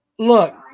Look